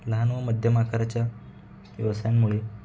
लहान व मध्यम आकाराच्या व्यवसायांमुळे